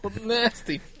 nasty